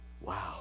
wow